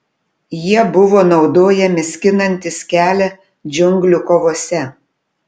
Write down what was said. jie buvo naudojami skinantis kelią džiunglių kovose